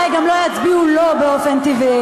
הרי גם לא יצביעו לו באופן טבעי.